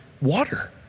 water